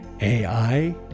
AI